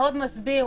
מאוד מסביר,